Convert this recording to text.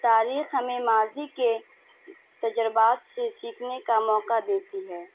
تاریخ ہمیں ماضی کے تجربات سے سیکھنے کا موقع دیتی ہے